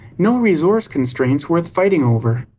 no resource constraints worth fighting over.